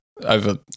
over